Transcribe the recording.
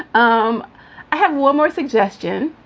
um have one more suggestion,